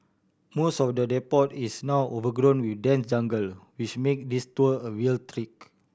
most of the depot is now overgrown with dense jungle which make this tour a real trek